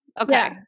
okay